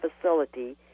facility